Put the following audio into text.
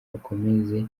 bakomeje